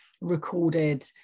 recorded